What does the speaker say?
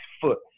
foot